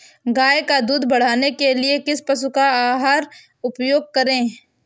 गाय का दूध बढ़ाने के लिए किस पशु आहार का उपयोग करें?